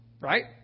right